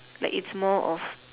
like it's more of